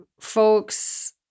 folks